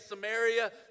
Samaria